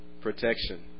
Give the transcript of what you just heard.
Protection